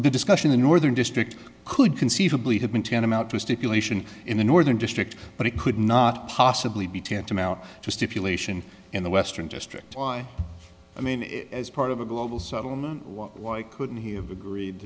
the discussion the northern district could conceivably have been tantamount to a stipulation in the northern district but it could not possibly be tantamount to a stipulation in the western district why i mean as part of a global settlement why couldn't he have agreed